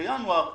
בינואר 20'